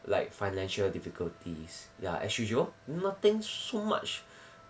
like financial difficulties ya as usual nothing so much